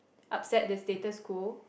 upset the status quo